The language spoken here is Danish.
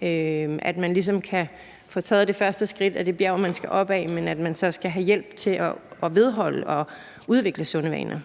til at man ligesom kan få taget det første skridt på det bjerg, man skal op ad, men at man så skal have hjælp til vedholdende at udvikle sunde vaner?